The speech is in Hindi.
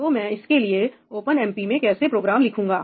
तो मैं इसके लिए ओपनएमपी में कैसे प्रोग्राम लिखूंगा